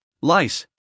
lice